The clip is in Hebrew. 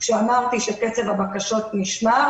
כשאמרתי שקצב הבקשות נשמר